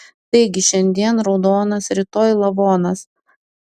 taigi šiandien raudonas rytoj lavonas